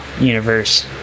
universe